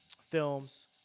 films